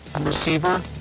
receiver